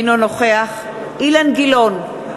אינו נוכח אילן גילאון,